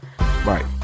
Right